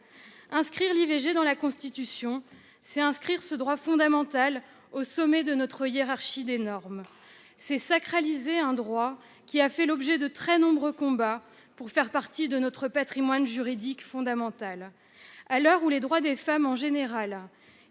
Inscrire l'IVG dans la Constitution, c'est inscrire ce droit fondamental au sommet de notre hiérarchie des normes, c'est sacraliser un droit qui a fait l'objet de très nombreux combats pour faire partie de notre patrimoine juridique fondamental. À l'heure où les droits des femmes en général